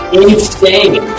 insane